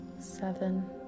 seven